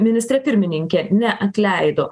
ministrė pirmininkė neatleido